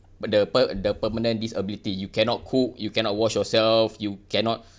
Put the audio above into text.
the per~ the permanent disability you cannot cook you cannot wash yourself you cannot